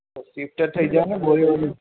તો શિફ્ટ થઈ જાઓ ને બોરિવલી